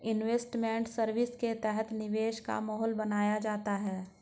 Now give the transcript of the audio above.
investment service के तहत निवेश का माहौल बनाया जाता है